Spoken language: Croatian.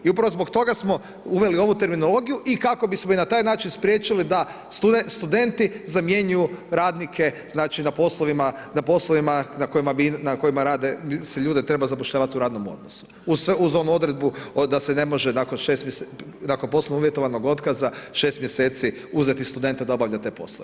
I upravo zbog toga smo uveli ovu terminologiju i kako bismo i na taj način spriječili da studenti zamjenjuju radnike znači na poslovima na kojima rade, se ljude treba zapošljavati u radnom odnosu uz onu odredbu da se ne može nakon poslovno uvjetovanog otkaza 6 mjeseci uzeti studenta da obavlja te poslove.